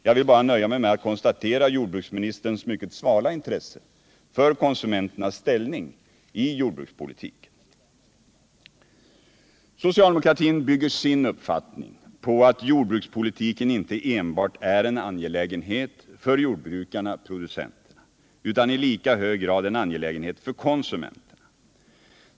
Jag vill bara nöja mig med att konstatera jordbruksministerns mycket svala intresse för konsumenternas ställning inom jordbrukspolitiken. Socialdemokratin bygger sin uppfattning på att jordbrukspolitiken inte enbart är en angelägenhet för jordbrukarna, producenterna, utan i lika hög grad en angelägenhet för konsumenterna.